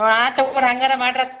ಹಾಂ ಹಾಗಾರ ಮಾಡ್ರಕ್